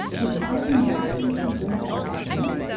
if biden miraculously wins this election,